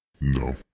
No